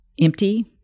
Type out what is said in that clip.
empty